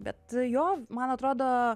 bet jo man atrodo